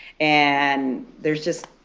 and there's just,